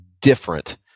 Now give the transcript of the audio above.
different